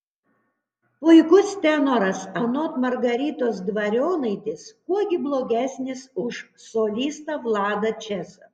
puikus tenoras anot margaritos dvarionaitės kuo gi blogesnis už solistą vladą česą